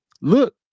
look